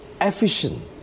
efficient